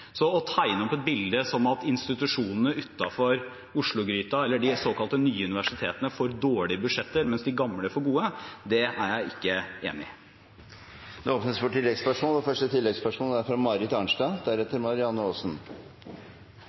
Så å tegne opp et bilde av at institusjonene utenfor Oslo-gryten, de såkalt nye universitetene, får dårligere budsjetter, mens de gamle får gode, det er jeg ikke enig i. Det åpnes for